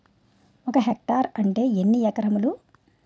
ఒక హెక్టార్ అంటే ఎన్ని ఏకరములు?